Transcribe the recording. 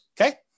okay